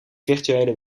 virtuele